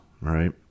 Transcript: Right